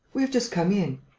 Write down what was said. we have just come in.